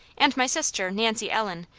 and my sister, nancy ellen,